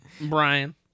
Brian